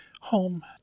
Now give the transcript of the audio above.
home